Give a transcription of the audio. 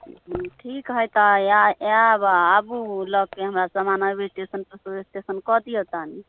हूँ ठीक है तऽ आएब आबू लऽ के हमरा समान एहि स्टेशन परसँ ओ स्टेशन कऽ दिअ तनी